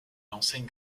enseigne